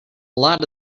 lot